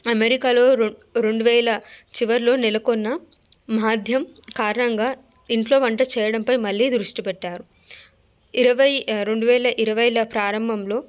అమెరికాలో రెండు వేల చివరలో నెలకొన్న మాధ్యము కారణంగా ఇంట్లో వంట చేయడంపై మళ్ళీ దృష్టి పెట్టారు ఇరవై రెండు వేల ఇరవైల ప్రారంభంలో